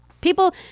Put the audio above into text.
people